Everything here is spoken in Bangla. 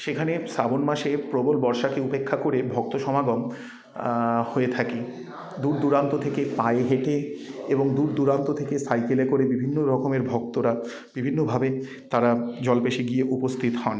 সেখানে শ্রাবণ মাসে প্রবল বর্ষাকে উপেক্ষা করে ভক্ত সমাগম হয়ে থাকে দূরদূরান্ত থেকে পায়ে হেঁটে এবং দূরদূরান্ত থেকে সাইকেলে করে বিভিন্ন রকমের ভক্তরা বিভিন্নভাবে তারা জল্পেশে গিয়ে উপস্থিত হন